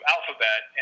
Alphabet